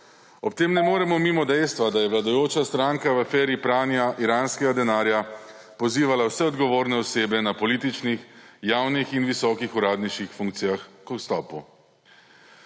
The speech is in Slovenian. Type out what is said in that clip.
Ob tem ne moremo mimo dejstva, da je vladajoča stranka v aferi pranja iranskega denarja pozivala vse odgovorne osebe na političnih, javnih in visokih uradniških funkcijah k odstopu.